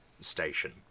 station